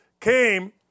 came